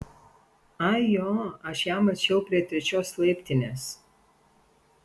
ai jo aš ją mačiau prie trečios laiptinės